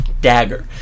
Dagger